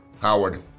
Howard